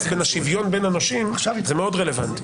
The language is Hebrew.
בין השוויון בין הנושים זה מאוד רלוונטי.